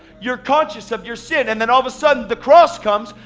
you're conscious of your sin and then all the sudden the cross comes,